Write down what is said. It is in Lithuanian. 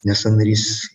nes sąnarys